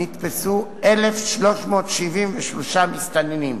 נתפסו 1,373 מסתננים.